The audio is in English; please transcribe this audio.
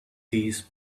these